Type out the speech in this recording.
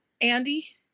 Andy